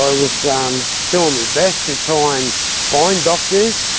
i was um doing my best to try and find doctors,